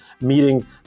meeting